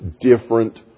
different